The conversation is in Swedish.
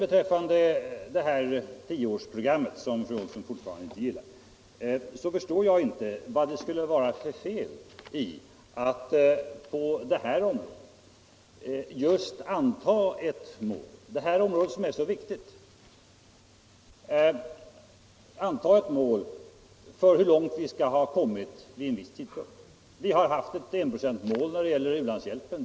Beträffande det tioårsprogram som fru Olsson fortfarande inte gillar förstår jag inte vad det skulle vara för fel i att på detta viktiga område anta en målsättning för hur långt vi skall ha kommit vid en viss tidpunkt. Vi har haft ett enprocentsmål för u-hjälpen.